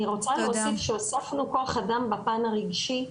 אני רוצה להוסיף, שהוספנו כוח אדם בפן הרגשי.